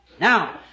Now